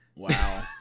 Wow